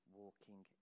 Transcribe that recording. walking